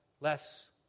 less